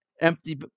empty